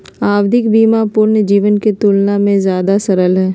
आवधिक बीमा पूर्ण जीवन के तुलना में ज्यादा सरल हई